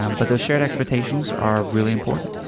um but those shared expectations are really important.